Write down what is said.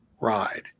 ride